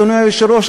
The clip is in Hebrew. אדוני היושב-ראש,